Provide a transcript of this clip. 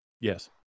Yes